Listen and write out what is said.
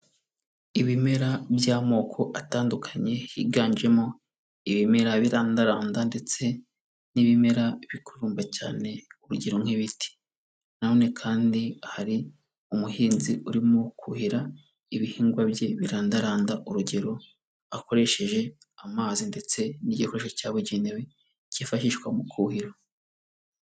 Ibimera by'amoko atandukanye higanjemo ibimera birandaranda ndetse n'ibimera bikururumba cyane urugero nk'ibiti na none kandi hari umuhinzi urimo kuhira ibihingwa bye birandaranda urugero akoresheje amazi ndetse n'igikoresho cyabugenewe cyifashishwa mu kuhira.